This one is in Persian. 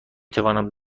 توانم